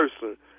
person